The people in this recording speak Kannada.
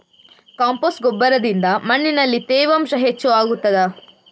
ಕಾಂಪೋಸ್ಟ್ ಗೊಬ್ಬರದಿಂದ ಮಣ್ಣಿನಲ್ಲಿ ತೇವಾಂಶ ಹೆಚ್ಚು ಆಗುತ್ತದಾ?